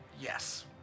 Yes